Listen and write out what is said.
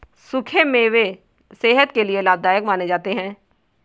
सुखे मेवे सेहत के लिये लाभदायक माने जाते है